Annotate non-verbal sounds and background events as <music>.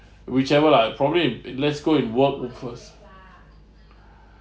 whichever lah probably in let's go and work with us <breath>